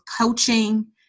coaching